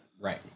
Right